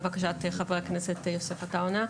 לבקשת חבר הכנסת יוסף עטאונה,